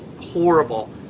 horrible